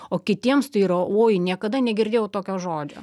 o kitiems tai yra uoj niekada negirdėjau tokio žodžio